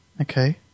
Okay